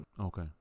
Okay